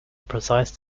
precise